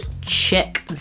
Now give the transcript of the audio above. check